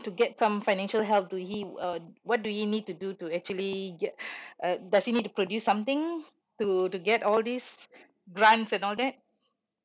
to get some financial help do he uh what do he need to do to actually get uh does he need to produce something to to get all these grants and all that